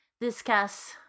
discuss